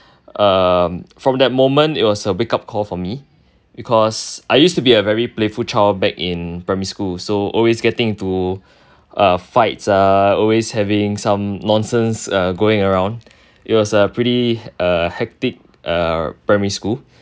um from that moment it was a wake up call for me because I used to be a very playful child back in primary school so always getting into uh fights ah always having some nonsense uh going around it was a uh pretty uh hectic primary school